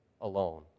alone